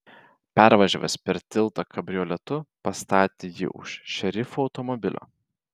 pervažiavęs per tiltą kabrioletu pastatė jį už šerifo automobilio